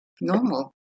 normal